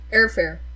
Airfare